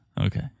Okay